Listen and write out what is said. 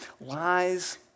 lies